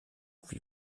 wie